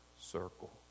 circle